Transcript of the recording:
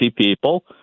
people